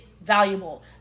valuable